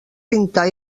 pintar